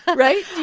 but right? i